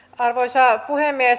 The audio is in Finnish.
arvoisa puhemies